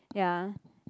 ya